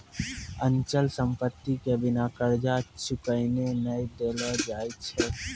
अचल संपत्ति के बिना कर्जा चुकैने नै देलो जाय छै